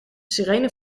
sirene